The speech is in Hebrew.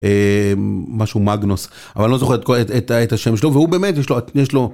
אה... משהו מגנוס... אבל אני לא זוכר את כל... את ה... את השם שלו והוא באמת יש לו את... יש לו...